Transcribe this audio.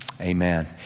amen